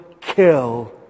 kill